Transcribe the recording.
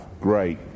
Great